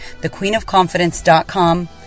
thequeenofconfidence.com